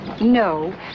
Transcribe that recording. No